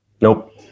Nope